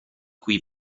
cui